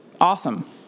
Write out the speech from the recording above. awesome